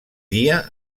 dia